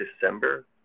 december